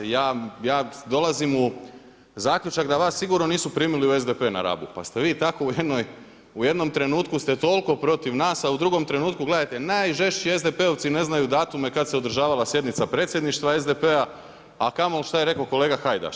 Ja dolazim u zaključak da vas sigurno nisu primili u SDP na Rabu, pa ste vi tako u jednom trenutku ste toliko protiv nas, a u drugom trenutku, gledajte najžešći SDP-ovci ne znaju datume kad se održavala sjednica predsjedništva SDP-a, a kamo li što je rekao kolega Hajdaš.